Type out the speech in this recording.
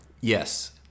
Yes